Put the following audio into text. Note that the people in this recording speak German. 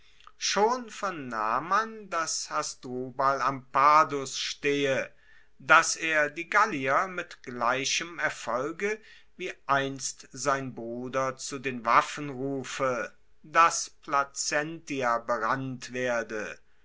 schon vernahm man dass hasdrubal am padus stehe dass er die gallier mit gleichem erfolge wie einst sein bruder zu den waffen rufe dass placentia berannt werde